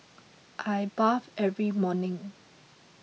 I bathe every morning